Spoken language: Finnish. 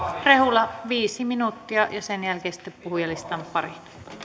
rehula viisi minuuttia ja sen jälkeen sitten puhujalistan pariin